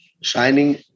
shining